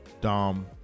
Dom